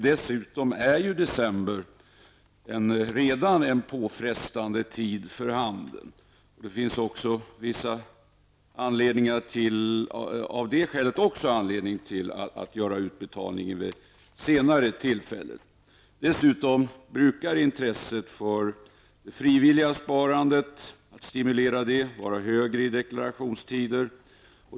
Dessutom är december redan en påfrestande tid för handeln. Det finns också av det skälet anledning att göra utbetalningen vid ett senare tillfälle. Intresset för frivilligt sparande brukar vara högre i deklarationstider.